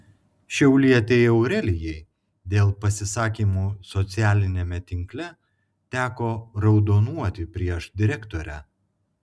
šiaulietei aurelijai dėl pasisakymų socialiniame tinkle teko raudonuoti prieš direktorę